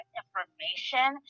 information